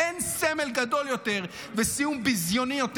אין סמל גדול יותר וסיום ביזיוני יותר